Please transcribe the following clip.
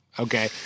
Okay